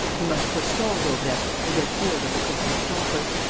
he must forestall daubrecq and get hold of the crystal stopper.